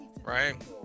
right